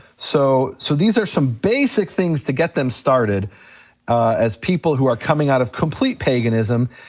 so so these are some basic things to get them started as people who are coming out of complete paganism,